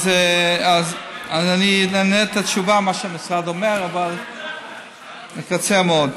אז אענה את התשובה שהמשרד נותן, אבל אקצר מאוד: